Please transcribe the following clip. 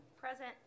Present